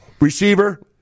receiver